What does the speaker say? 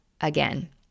again